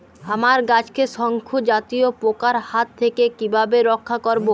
আমার গাছকে শঙ্কু জাতীয় পোকার হাত থেকে কিভাবে রক্ষা করব?